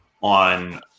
on